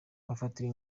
bafatiwe